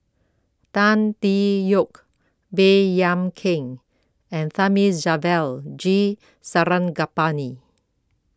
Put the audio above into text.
Tan Tee Yoke Baey Yam Keng and Thamizhavel G Sarangapani